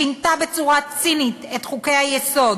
שינתה בצורה צינית את חוקי-היסוד,